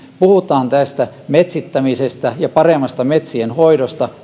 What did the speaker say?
puhutaan metsittämisestä ja paremmasta metsienhoidosta